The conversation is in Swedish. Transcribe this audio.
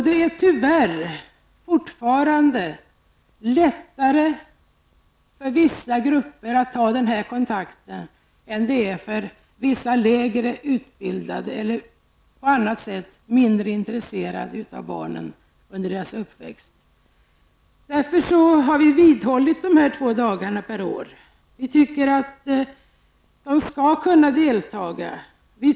Det är tyvärr fortfarande lättare för vissa grupper att ta den här kontakten än det är för vissa lägre utbildade föräldrar eller föräldrar som på annat sätt är mindre intresserade av barnen under deras uppväxt. Vi har vidhållit dessa två dagar per år. Vi tycker att föräldrarna skall kunna deltaga.